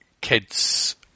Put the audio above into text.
kids